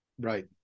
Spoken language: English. Right